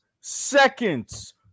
seconds